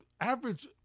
average –